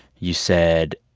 you said,